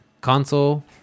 console